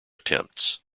attempts